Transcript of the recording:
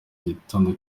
gitondo